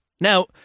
Now